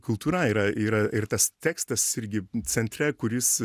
kultūra yra yra ir tas tekstas irgi centre kuris